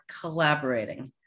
collaborating